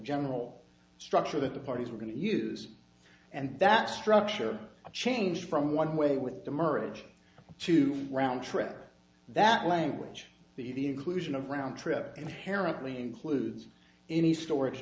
general structure that the parties were going to use and that structure change from one way with demurrage to round trip that language the the inclusion of round trip inherently includes any storage